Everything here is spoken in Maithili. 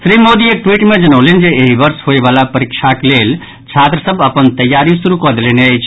श्री मोदी एक ट्वीट मे जनौलनि जे एहि वर्ष होबयबला परीक्षाक लेल छात्र सभ अपन तैयारी शुरू कऽ देलनि अछि